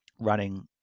running